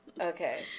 okay